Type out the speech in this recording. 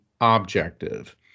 objective